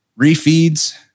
refeeds